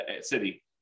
city